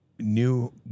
new